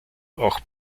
auch